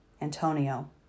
Antonio